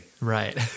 Right